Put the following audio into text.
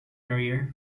career